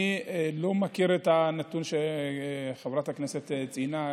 אני לא מכיר את הנתון שחברת הכנסת ציינה,